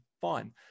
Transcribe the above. Fine